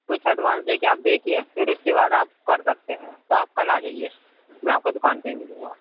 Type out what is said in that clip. کچھ ایڈوانس دے کے آپ دیکھیے پھر اُس کے بعد آپ کر سکتے ہیں تو آپ کل آجائیے میں آپ کو دُکان پہ ہی ملوں گا